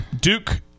Duke